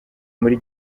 muri